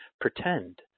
pretend